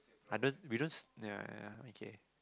I don't we don't ya ya ya okay